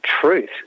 truth